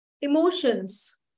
emotions